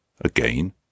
Again